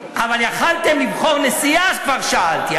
אבל יכולתם לבחור נשיאה, אז כבר שאלתי.